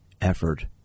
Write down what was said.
effort